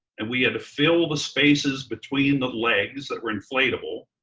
and we had to fill the spaces between the legs that were inflatable.